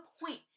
point